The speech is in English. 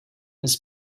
his